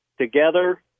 together